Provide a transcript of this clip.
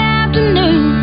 afternoon